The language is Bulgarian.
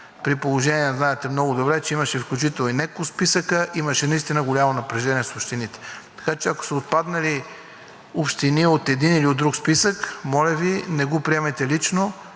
при положение, знаете много добре, че имаше включително няколко списъка, имаше наистина голямо напрежение с общините. Така че, ако са отпаднали общини от един или от друг списък, моля Ви, не го приемайте лично,